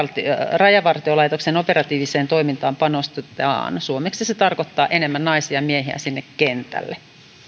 rajavartiolaitoksen operatiiviseen toimintaan panostetaan suomeksi se tarkoittaa enemmän naisia ja miehiä sinne kentälle